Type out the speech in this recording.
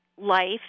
life